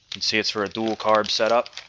and see it's for a dual carb setup